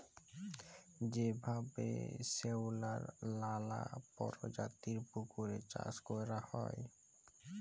যেভাবে শেঁওলার লালা পরজাতির পুকুরে চাষ ক্যরা হ্যয়